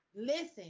Listen